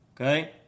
Okay